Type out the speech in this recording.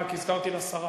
רק הזכרתי לשרה.